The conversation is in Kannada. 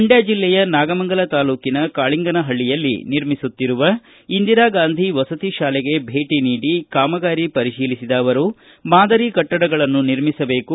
ಮಂಡ್ಡ ಜೆಲ್ಲೆಯ ನಾಗಮಂಗಲ ತಾಲ್ಲೂಕಿನ ಕಾಳಿಂಗನಹಳ್ಳಿಯಲ್ಲಿ ನಿರ್ಮಿಸುತ್ತಿರುವ ಇಂದಿರಾಗಾಂಧಿ ವಸತಿ ಶಾಲೆಗೆ ಭೇಟ ನೀಡಿ ಕಾಮಗಾರಿ ಪರಿಶೀಲಿಸಿದ ಅವರು ಮಾದರಿ ಕಟ್ಟಡಗಳನ್ನು ನಿರ್ಮಿಸಬೇಕು